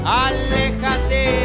alejate